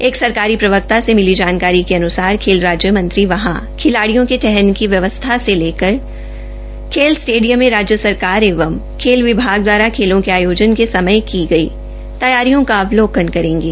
एक सरकारी प्रवक्ता ने से मिली जानकारी के अन्सार खेल राज्यमंत्री ने वहां खिलाडिय़ों के ठहरने की व्यवस्था से लेकर खेल स्टेडियम मे राज्य सरकार एंव खेल विभाग द्वारा खेलों का आयोजन के समय की गई तैयारियों का अवलोकन करेंगे